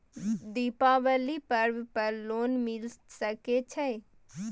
दीपावली पर्व पर लोन मिल सके छै?